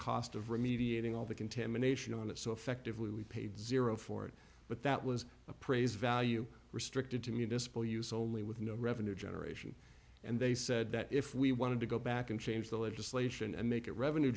cost of remediating all the contamination on it so effectively we paid zero for it but that was appraised value restricted to municipal use only with no revenue generation and they said that if we wanted to go back and change the legislation and make it revenue